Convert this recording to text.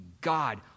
God